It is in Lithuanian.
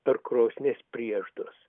per krosnies prieždus